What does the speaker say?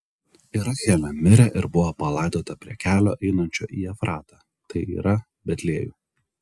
ir rachelė mirė ir buvo palaidota prie kelio einančio į efratą tai yra betliejų